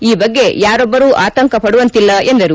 ಈ ಬಗ್ಗೆ ಯಾರೊಬ್ಬರೂ ಆತಂಕ ಪಡುವಂತಿಲ್ಲ ಎಂದರು